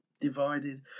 Divided